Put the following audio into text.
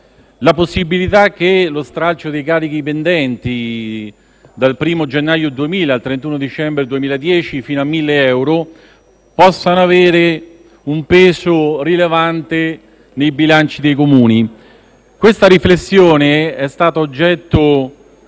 la possibilità che lo stralcio dei carichi pendenti dal 1° gennaio 2000 al 31 dicembre 2010, fino a 1.000 euro, abbia un peso rilevante nei bilanci dei Comuni. Questa riflessione è stato oggetto